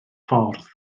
ffordd